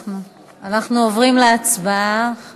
אנחנו עובדים להצבעה.